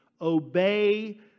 obey